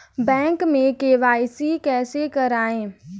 Bank में KYC कैसे करायें?